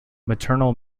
maternal